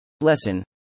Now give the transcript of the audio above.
Lesson